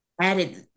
added